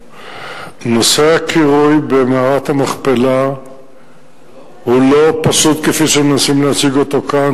נושא הקירוי במערת המכפלה הוא לא פשוט כפי שמנסים להציג אותו כאן.